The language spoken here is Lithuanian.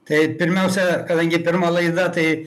tai pirmiausia kadangi pirma laida tai